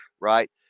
Right